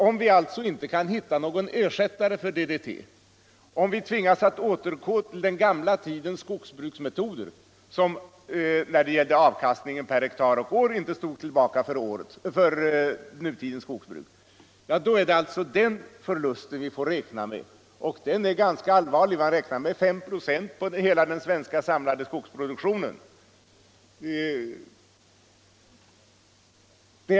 Om vi inte kan hitta någon ersättning för DDT, om vi tvingas återgå till den gamla tidens skogsbruksmetoder —- som när det gäller avkastningen per hektar och år inte stod tillbaka för nutidens skogsbruksmetoder —- är det alltså den förlusten vi får räkna med. Och den är ganska allvarlig; man räknar med 5 96 på den samlade svenska skogsproduktionen.